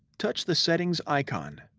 touch the settings icon.